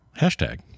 hashtag